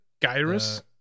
Gyrus